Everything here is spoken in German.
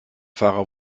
fahrer